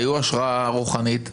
היו השראה רוחנית,